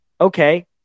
Okay